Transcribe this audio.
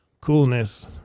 coolness